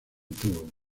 tour